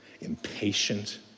impatient